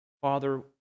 Father